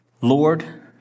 Lord